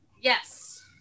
Yes